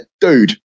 dude